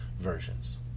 versions